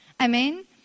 Amen